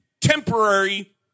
temporary